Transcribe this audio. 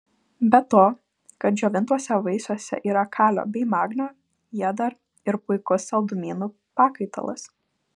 be to kad džiovintuose vaisiuose yra kalio bei magnio jie dar ir puikus saldumynų pakaitalas